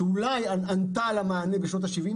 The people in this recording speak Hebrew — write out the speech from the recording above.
שאולי ענתה על המענה בשנות השבעים,